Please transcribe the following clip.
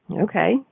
Okay